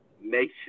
nation